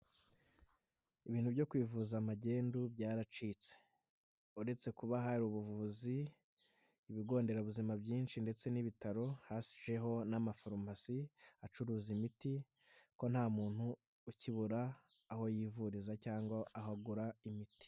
Ibintu byo kwivuza magendu byaracitse, uretse kuba hari ubuvuzi, ibigo nderabuzima byinshi ndetse n'ibitaro, hashyiweho n'amafarumasi acuruza imiti ko nta muntu ukibura aho yivuriza cyangwa aho agura imiti.